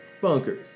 Bunkers